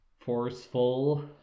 forceful